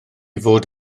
fod